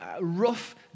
rough